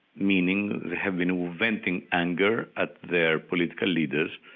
meaning they have been venting anger at their political leaders.